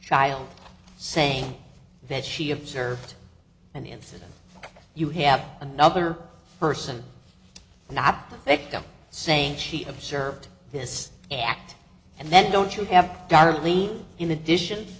child saying that she observed an incident you have another person not the victim saying she observed this act and then don't you have darlene in addition